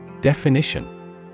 Definition